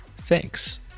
Thanks